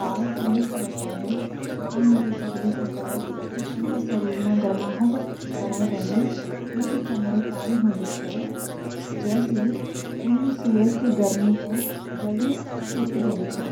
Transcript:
(बाल) ठंड स बचौंद, आ मोटी चर्बी की परत ऊनका शरीर मं गरमाहट बणाई रैंद। ऊनकी चमड़ी काली होदी छ, जैंसी ऊन सूरज की गर्मी तें जल्दी सोखी देन्दी छ।